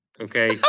okay